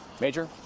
Major